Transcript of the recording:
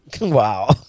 wow